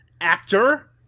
Actor